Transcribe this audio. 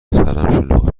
شلوغ